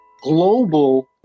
global